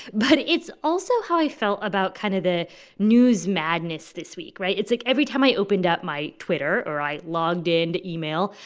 but it's also how i felt about kind of the news madness this week, right? it's like every time i opened up my twitter, or i logged into email,